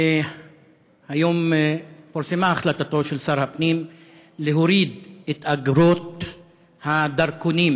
היום פורסמה החלטתו של שר הפנים להוריד את אגרות הדרכונים.